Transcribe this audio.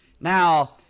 Now